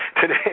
today